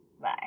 Bye